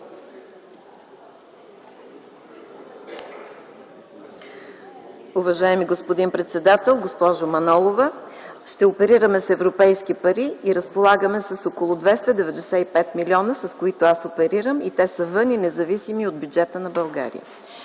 Уважаеми господин председател, госпожо Манолова! Ще оперираме с европейски пари. Разполагаме с около 295 милиона, с които аз оперирам. Те са вън и независими от бюджета на България.